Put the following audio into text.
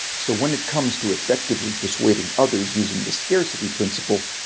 so when it comes to effectively persuading others using the scarcity principle,